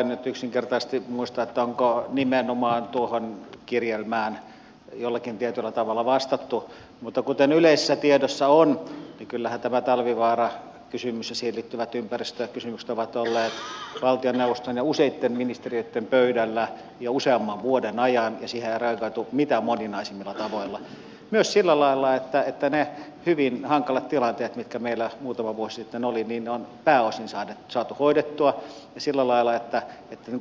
en nyt yksinkertaisesti muista onko nimenomaan tuohon kirjelmään jollakin tietyllä tavalla vastattu mutta kuten yleisessä tiedossa on niin kyllähän tämä talvivaara kysymys ja siihen liittyvät ympäristökysymykset ovat olleet valtioneuvoston ja useitten ministeriöitten pöydällä jo useamman vuoden ajan ja siihen on reagoitu mitä moninaisimmilla tavoilla myös sillä lailla että ne hyvin hankalat tilanteet mitkä meillä muutama vuosi sitten olivat on pääosin saatu hoidettua ja sillä lailla että